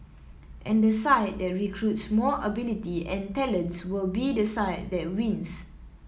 and the side that recruits more ability and talents will be the side that wins